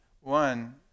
one